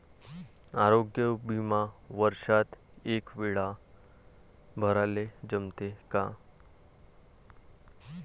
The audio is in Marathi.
आरोग्य बिमा वर्षात एकवेळा भराले जमते का?